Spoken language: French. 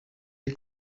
est